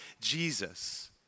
Jesus